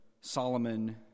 Solomon